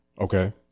Okay